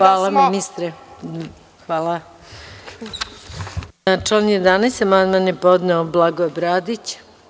Na član 11. amandman je podneo Blagoje Bradić.